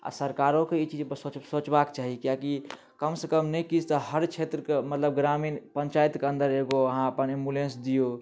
आ सरकारो के ई चीज पर सोचबाक चाही किएकि कम सऽ कम नहि किछु तऽ हर क्षेत्रके मतलब ग्रामीण पंचायतके अन्दर एगो अहाँ अपन एम्बुलेंस दियौ